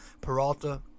Peralta